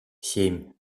семь